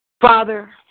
Father